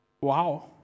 Wow